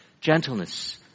gentleness